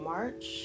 March